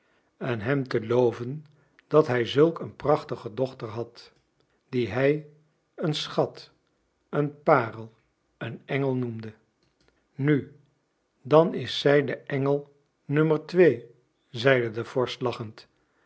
en hem te loven dat hij zulk een prachtige dochter had die zij een schat een parel een engel noemde nu dan is zij de engel nummer twee zeide de vorst lachend